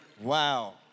Wow